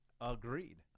Agreed